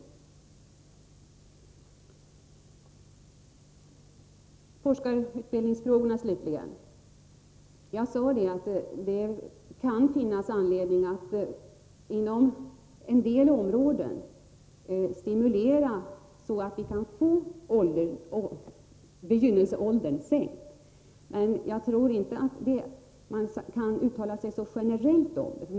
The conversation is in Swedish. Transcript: Beträffande forskarutbildningsfrågorna sade jag att det kan finnas anledning att inom en del områden stimulera så att vi kan få begynnelseåldern sänkt. Men jag tror inte att man kan uttala sig så generellt om detta.